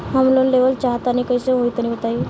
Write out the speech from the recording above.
हम लोन लेवल चाहऽ तनि कइसे होई तनि बताई?